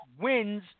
wins